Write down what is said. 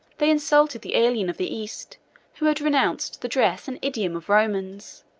they insulted the alien of the east who had renounced the dress and idiom of romans